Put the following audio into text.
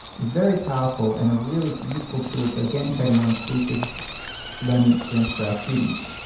very powerful and a really useful tool to again, create a more inclusive learning experience for our students.